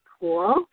cool